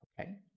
Okay